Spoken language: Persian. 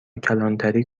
کلانتری